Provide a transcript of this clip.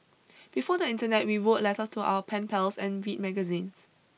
before the internet we wrote letters to our pen pals and read magazines